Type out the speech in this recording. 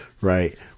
right